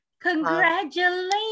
Congratulations